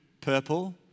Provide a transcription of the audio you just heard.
purple